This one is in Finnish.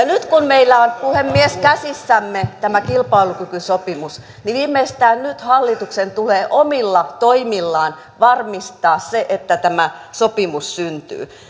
nyt kun meillä on puhemies käsissämme tämä kilpailukykysopimus niin viimeistään nyt hallituksen tulee omilla toimillaan varmistaa se että tämä sopimus syntyy